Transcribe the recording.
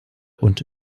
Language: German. und